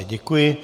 Děkuji.